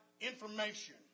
information